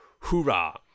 Hoorah